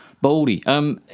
Baldy